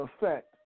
effect